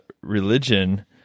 religion